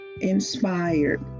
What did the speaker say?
inspired